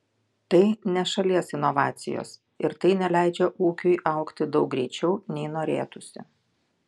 tai ne šalies inovacijos ir tai neleidžia ūkiui augti daug greičiau nei norėtųsi